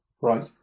Right